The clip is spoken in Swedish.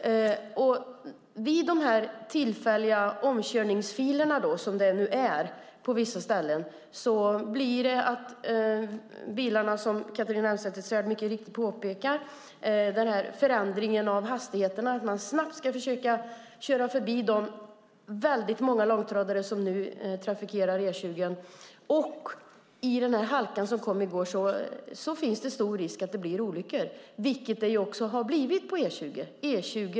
Vid de tillfälliga omkörningsfiler som nu finns på vissa ställen blir det, som Catharina Elmsäter-Svärd mycket riktigt påpekar, en ändring av hastigheten då man snabbt ska försöka köra förbi de många långtradare som trafikerar E20. Vid halka, som den i går, finns det stor risk för olyckor, vilket också varit fallet på E20.